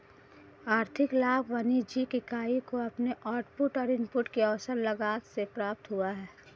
आर्थिक लाभ वाणिज्यिक इकाई को अपने आउटपुट और इनपुट की अवसर लागत से प्राप्त हुआ है